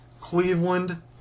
Cleveland